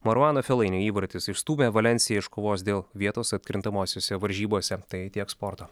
maruano felaini įvartis išstūmė valensiją iš kovos dėl vietos atkrintamosiose varžybose tai tiek sporto